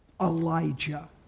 Elijah